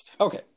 Okay